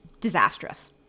disastrous